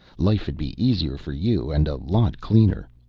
life'd be easier for you and a lot cleaner.